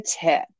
tip